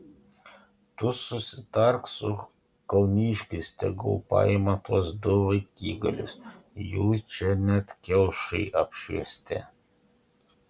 tu susitark su kauniškiais tegul paima tuos du vaikigalius jų čia net kiaušai apšviesti